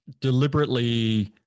deliberately